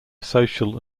social